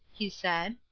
he said.